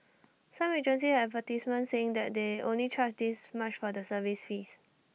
some agencies had advertisements saying that they only charge this much for the service fees